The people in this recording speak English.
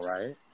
right